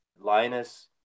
Linus